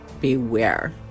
beware